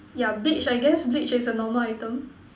yeah bleach I guess bleach is a normal item